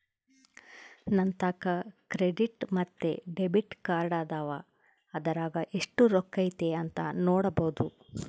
ನಂತಾಕ ಕ್ರೆಡಿಟ್ ಮತ್ತೆ ಡೆಬಿಟ್ ಕಾರ್ಡದವ, ಅದರಾಗ ಎಷ್ಟು ರೊಕ್ಕತೆ ಅಂತ ನೊಡಬೊದು